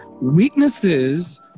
weaknesses